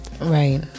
right